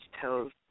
tells